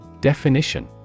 Definition